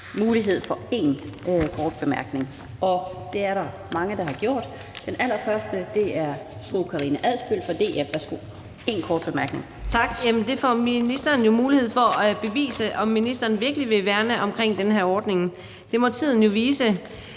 mulighed for én kort bemærkning. Det er der mange der gerne vil have. Den allerførste er fru Karina Adsbøl fra DF. Værsgo for én kort bemærkning. Kl. 19:07 Karina Adsbøl (DF): Tak. Det får ministeren jo mulighed for at bevise, altså om ministeren virkelig vil værne om den her ordning. Det må tiden jo vise.